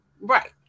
Right